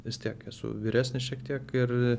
vis tiek esu vyresnis šiek tiek ir